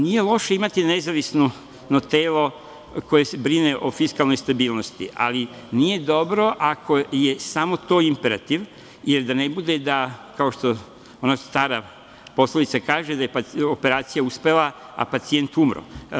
Nije loše imati nezavisno telo koje brine o fiskalnoj stabilnost, ali nije dobro ako je samo to imperativ, jer da ne bude da, kao što ona stara poslovica kaže – operacija uspela, a pacijent umro.